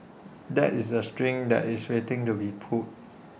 that is A string that is waiting to be pulled